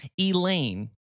Elaine